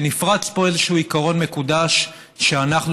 נפרץ פה איזשהו עיקרון מקודש שאנחנו,